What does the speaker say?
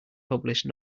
published